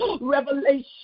Revelation